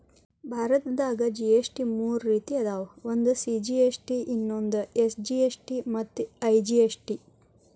ಭಾರತದಾಗ ಜಿ.ಎಸ್.ಟಿ ಮೂರ ರೇತಿ ಅದಾವ ಒಂದು ಸಿ.ಜಿ.ಎಸ್.ಟಿ ಇನ್ನೊಂದು ಎಸ್.ಜಿ.ಎಸ್.ಟಿ ಮತ್ತ ಐ.ಜಿ.ಎಸ್.ಟಿ